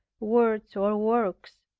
words or works,